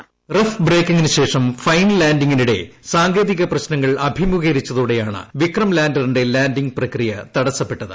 voice rough ബ്രേക്കിംഗിനു ശേഷം fine ലാൻഡിങ്ങിനിടെ സാങ്കേതിക പ്രശ്നങ്ങൾ അഭിമുഖീകരിച്ചതോടെയാണ് വിക്രം ലാൻഡറിന്റെ ലാൻഡിംഗ് പ്രക്രിയ തടസപ്പെട്ടത്